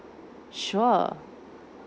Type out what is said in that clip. sure